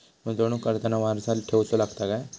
गुंतवणूक करताना वारसा ठेवचो लागता काय?